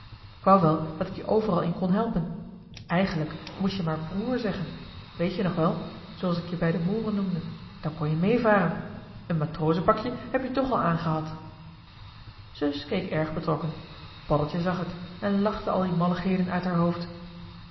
k wou wel dat ik je overal in kon helpen eigenlijk moest je maar broer zeggen weet-je nog wel zooals ik je bij de mooren noemde dan kon je mee varen een matrozenpakje heb-je toch al aan gehad zus keek erg betrokken paddeltje zag het en lachte al die malligheden uit haar hoofd